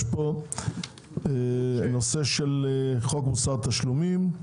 יש פה את נושא חוק מוסר התשלומים,